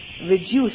reduce